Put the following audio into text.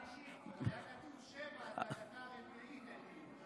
היה כתוב: 7, וזה הדקה הרביעית, אלקין.